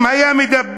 אם היה מדבר,